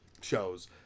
shows